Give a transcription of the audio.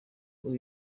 uyu